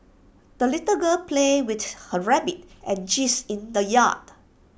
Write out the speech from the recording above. the little girl played with her rabbit and geese in the yard